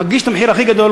מגיש את המחיר הכי גבוה,